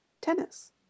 tennis